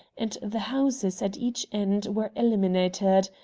and the houses at each end were eliminated.